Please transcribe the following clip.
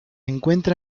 encuentra